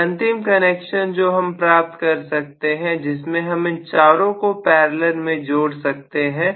और अंतिम कनेक्शन जो हम प्राप्त कर सकते हैं जिसमें हम इन चारों को पैरेलल में जोड़ सकते हैं